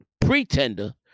pretender